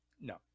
No